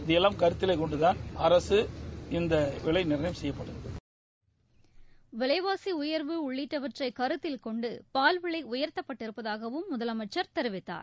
இதைபெல்லாம் கருத்தில் கொண்டுதான் அரசு இந்த விலை நிர்ணயம் செய்திருக்கிறது விலைவாசி உயர்வு உள்ளிட்டவற்றை கருத்தில் கொண்டு பால் விலை உயர்த்தப்பட்டிருப்பதாகவும் முதலமைச்சர் தெரிவித்தார்